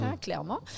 clairement